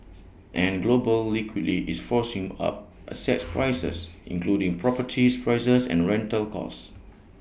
and global liquidity is forcing up asset prices including properties prices and rental costs